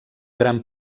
gran